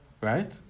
right